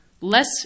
less